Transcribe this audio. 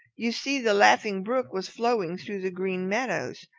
you see, the laughing brook was flowing through the green meadows,